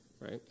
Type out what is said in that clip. Right